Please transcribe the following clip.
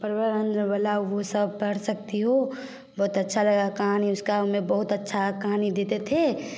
पर्यावरण वाला वह सब पढ़ सकती हो बहुत अच्छा लगा कहानी उसका मैं बहुत अच्छा कहानी देते थे